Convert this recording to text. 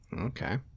okay